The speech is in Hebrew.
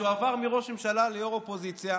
כשהוא עבר מראש ממשלה ליו"ר אופוזיציה,